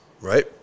right